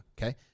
okay